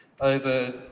over